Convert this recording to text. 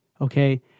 okay